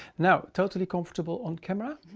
now totally comfortable on camera.